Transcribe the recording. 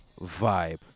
vibe